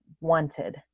wanted